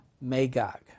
Magog